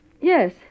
yes